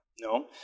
No